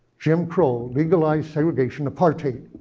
jim crow legalized segregation, apartheid,